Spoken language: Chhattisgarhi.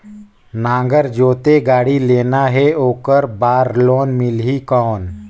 नागर जोते गाड़ी लेना हे ओकर बार लोन मिलही कौन?